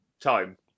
Time